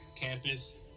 campus